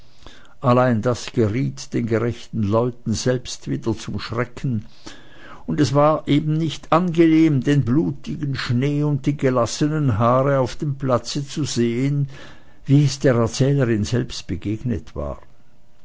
allein das geriet den gerechten leuten selbst wieder zum schrecken und es war eben nicht angenehm den blutigen schnee und die gelassenen haare auf dem platze zu sehen wie es der erzählerin selbst begegnet war